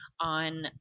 on